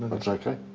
that's ok?